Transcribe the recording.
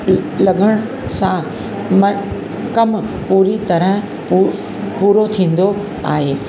लॻण सां म कम पूरी तरह पू पूरो थींदो आहे